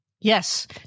Yes